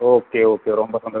okay okay ரொம்ப சந்தோசம்